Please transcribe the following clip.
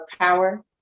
power